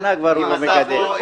אם אתה פה --- שנה כבר לא מגדל.